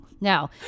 Now